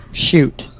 Shoot